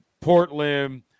Portland